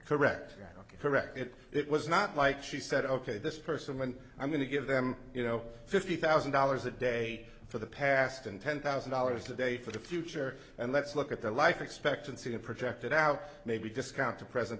correct correct it it was not like she said ok this person meant i'm going to give them you know fifty thousand dollars a day for the past and ten thousand dollars a day for the future and let's look at the life expectancy of projected out maybe discount the present